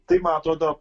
tai man atrodo